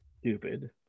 stupid